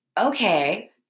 Okay